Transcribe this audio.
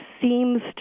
seems